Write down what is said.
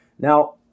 Now